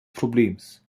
problems